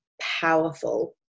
powerful